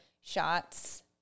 shots